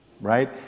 right